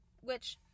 which-